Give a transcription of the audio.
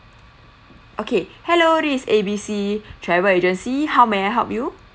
okay hello this A B C travel agency how may I help you